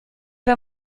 pas